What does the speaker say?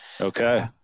Okay